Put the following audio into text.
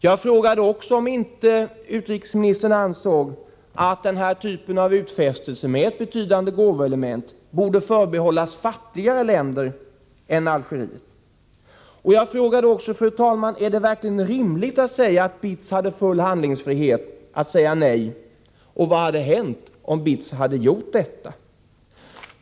Jag frågade också om inte utrikesministern ansåg att den här typen av utfästelser, med ett betydande gåvoelement, borde förbehållas fattigare länder än Algeriet. Vidare frågade jag: Är det verkligen rimligt att säga att BITS hade full handlingsfrihet att säga nej? Vad hade hänt om BITS hade gjort det?